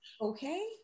okay